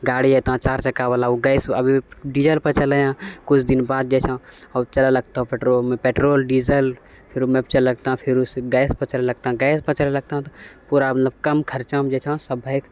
गाड़ी एतो चारि चक्कावाला ओ गैस अभी डीजल पर चलैया किछु दिन बाद जे छै ओ चलै लगतो पेट्रोल डीजल फेरू चलै लगतओ फेरू से गैस पर चलए लगतो गैस पर चलै लगतो तऽ पूरा मतलब कम खर्चामे जे छै सब भए